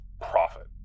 profit